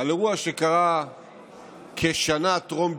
אירוע שקרה כשנה טרם גיוסי.